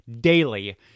daily